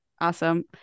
Awesome